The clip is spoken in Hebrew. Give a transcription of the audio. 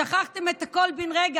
שכחתם את הכול בן רגע.